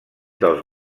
dels